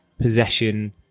possession